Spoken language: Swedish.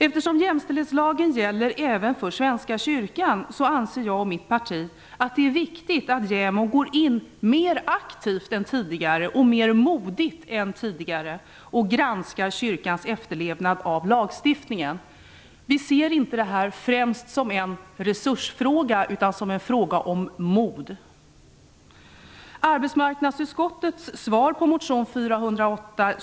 Eftersom jämställdhetslagen gäller även för Svenska kyrkan anser jag och mitt parti att det är viktigt att JämO går in mer aktivt och mer modigt än tidigare och granskar kyrkans efterlevnad av lagstiftningen. Vi ser det här inte främst som en resursfråga utan som en fråga om mod.